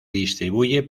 distribuye